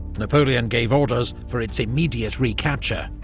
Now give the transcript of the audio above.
napoleon gave orders for its immediate recapture,